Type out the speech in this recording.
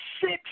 six